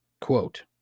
Quote